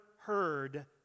heard